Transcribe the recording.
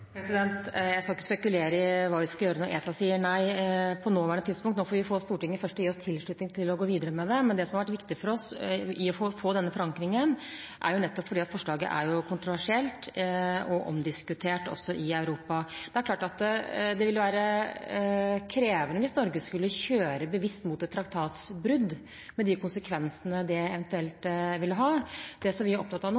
Jeg skal ikke spekulere i hva vi skal gjøre hvis ESA sier nei, på nåværende tidspunkt. Nå får vi først få Stortinget til å gi oss tid til å gå videre med det. Grunnen til at det har vært viktig for oss å få denne forankringen, er nettopp fordi forslaget er kontroversielt og omdiskutert også i Europa. Det er klart at det vil være krevende hvis Norge skulle kjøre bevisst mot et traktatsbrudd – med de konsekvensene det eventuelt ville hatt. Det vi er opptatt av nå,